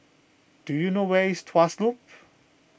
do you know where is Tuas Loop